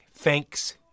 Thanks